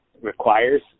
requires